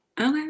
Okay